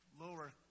lower